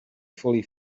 fully